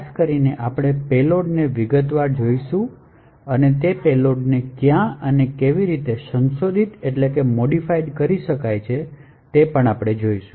ખાસ કરીને આપણે પેલોડને વિગતવાર જોઈશું અને તે પેલોડને ક્યાં અને કેવી રીતે સંશોધિત કરી શકાય છે તે આપણે જોઈશું